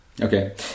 Okay